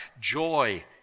Joy